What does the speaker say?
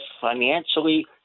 financially